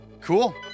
Cool